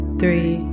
three